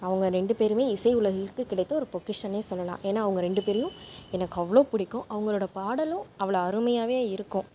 அவங்க ரெண்டு பேரும் இசை உலகிற்கு கிடைத்த ஒரு பொக்கிஷம்னே சொல்லாம் ஏன்னா அவங்க ரெண்டு பேரையும் எனக்கு அவ்வளோ பிடிக்கும் அவங்களோட பாடலும் அவ்வளோ அருமையாகவே இருக்கும்